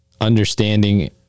understanding